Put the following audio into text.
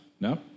No